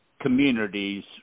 communities